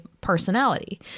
personality